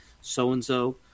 so-and-so